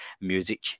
music